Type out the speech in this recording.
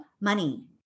money